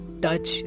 touch